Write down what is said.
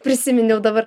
prisiminiau dabar